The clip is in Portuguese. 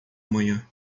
manhã